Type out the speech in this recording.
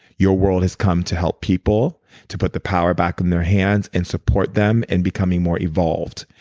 you world has come to help people, to put the power back in their hands, and support them in becoming more evolved.